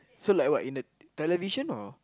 so like what in the television or